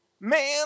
man